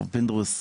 הרב פינדרוס,